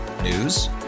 News